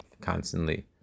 constantly